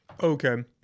Okay